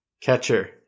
Catcher